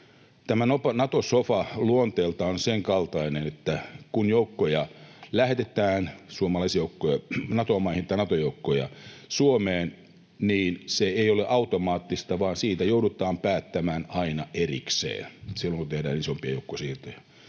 Tämä Nato-sofa on luonteeltaan sen kaltainen, että kun joukkoja lähetetään, suomalaisjoukkoja Nato-maihin tai Nato-joukkoja Suomeen, se ei ole automaattista, vaan siitä joudutaan päättämään aina erikseen silloin, kun tehdään isompia joukkojen siirtoja.